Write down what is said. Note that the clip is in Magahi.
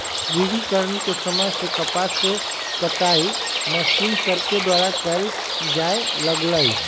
औद्योगिकरण के समय से कपास के कताई मशीन सभके द्वारा कयल जाय लगलई